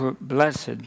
blessed